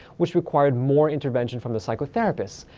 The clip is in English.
which required more intervention from the psychotherapists.